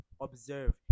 observe